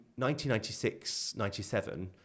1996-97